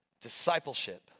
Discipleship